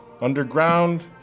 Underground